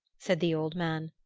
said the old man,